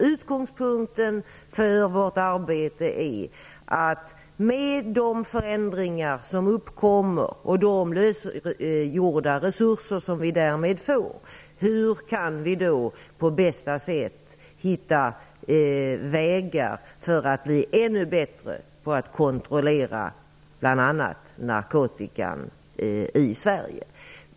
Utgångspunkten för vårt arbete är att med de förändringar som uppkommer, och de lösgjorda resurser som vi därmed får, på bästa sätt hitta vägar för att bli ännu bättre på att kontrollera bl.a. narkotikan i Sverige.